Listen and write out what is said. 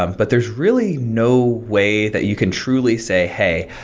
um but there's really no way that you can truly say, hey,